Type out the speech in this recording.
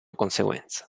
conseguenza